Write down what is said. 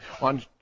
on